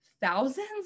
thousands